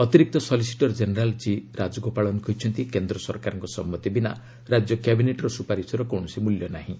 ଅତିରିକ୍ତ solicitor general G Rajagopalan କହିଛନ୍ତି କେନ୍ଦ୍ର ସରକାରଙ୍କ ସମ୍ମତି ବିନା ରାଜ୍ୟ କ୍ୟାବିନେଟ୍ର ସୁପାରିଶର କୌଣସି ମୂଲ୍ୟ ନାହିଁ